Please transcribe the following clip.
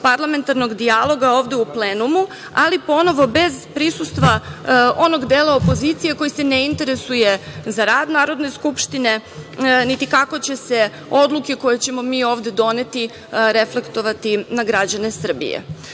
parlamentarnog dijaloga ovde u plenumu, ali ponovo bez prisustva onog dela opozicije koji se ne interesuje za rad Narodne skupštine, niti kako će se odluke koje ćemo mi ovde doneti reflektovati na građane Srbije. Želim